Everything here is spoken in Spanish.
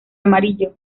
amarillo